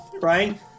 right